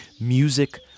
music